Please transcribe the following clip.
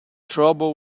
trouble